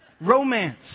Romance